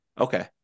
Okay